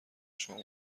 شما